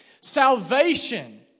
Salvation